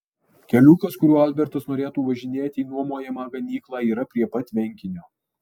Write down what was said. keliukas kuriuo albertas norėtų važinėti į nuomojamą ganyklą yra prie pat tvenkinio